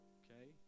okay